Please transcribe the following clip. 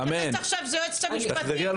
עכשיו זאת היועצת המשפטית שתסביר על